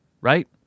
right